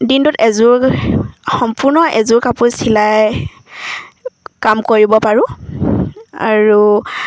দিনটোত এযোৰ সম্পূৰ্ণ এযোৰ কাপোৰ চিলাই কাম কৰিব পাৰোঁ আৰু